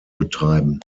betreiben